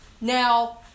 Now